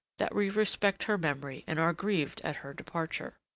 that we respect her memory and are grieved at her departure.